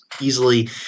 easily